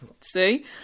see